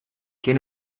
quien